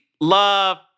love